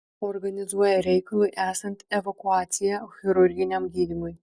organizuoja reikalui esant evakuaciją chirurginiam gydymui